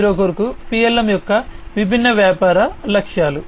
0 కొరకు PLM యొక్క విభిన్న వ్యాపార లక్ష్యాలు